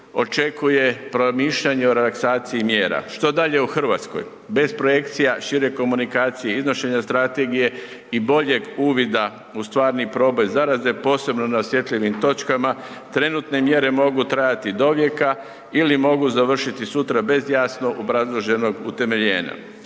očekuje promišljanje o relaksaciji mjera. Što dalje u Hrvatskoj? Bez projekcija, šire komunikacije, iznošenja strategije i boljeg uvida u stvarni proboj zaraze, posebno na osjetljivim točkama, trenutne mjere mogu trajati dovijeka, ili mogu završiti sutra bez jasno obrazloženog utemeljenja.